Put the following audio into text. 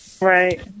Right